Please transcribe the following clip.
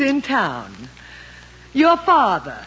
in town your father